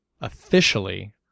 Officially